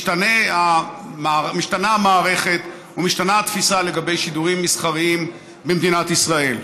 משתנה המערכת ומשתנה התפיסה לגבי שידורים מסחריים במדינת ישראל.